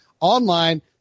online